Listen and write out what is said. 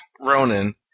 Ronan